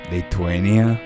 Lithuania